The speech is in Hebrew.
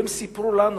והם סיפרו לנו,